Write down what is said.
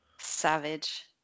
savage